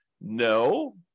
No